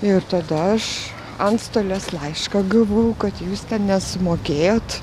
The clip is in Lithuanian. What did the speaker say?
ir tada aš antstolės laišką gavau kad jūs nesumokėjot